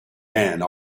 men